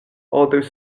although